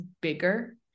bigger